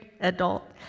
adult